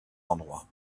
endroit